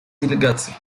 делегации